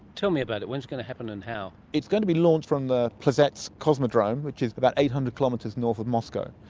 tell me about it. when is it going to happen, and how? it's going to be launched from the plesetsk cosmodrome which is about eight hundred kilometres north of moscow.